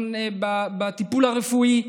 לשוויון בטיפול הרפואי,